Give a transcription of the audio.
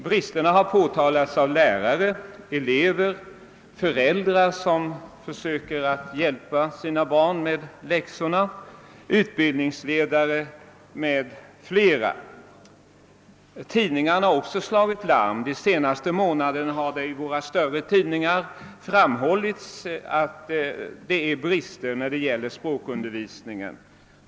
Bristerna har påtalats av lärare, elever, föräldrar som bl.a. försöker hjälpa sina barn med läxorna, utbildningsledare m.fl. Tid ningarna har också slagit larm. Den senaste månaden har det i våra större tidningar framhållits att det finns brister i språkundervisningen.